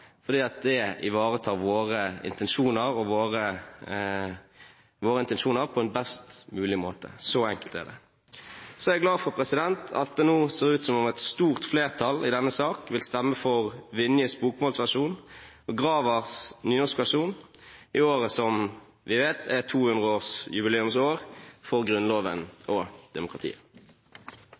fordi det ivaretar våre intensjoner på en best mulig måte. Så enkelt er det. Jeg er glad for at det nå ser ut til at et stort flertall i denne sak vil stemme for Vinjes bokmålsversjon og Gravers nynorskversjon, i det året som det – som vi vet – er 200-årsjubileum for Grunnloven og demokratiet.